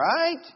right